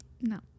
no